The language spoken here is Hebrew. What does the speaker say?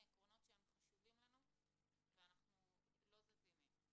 עקרונות שחשובים לנו ואנחנו לא זזים מהם.